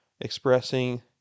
expressing